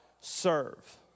serve